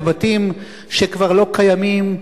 בבתים שכבר לא קיימים,